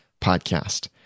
podcast